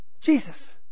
Jesus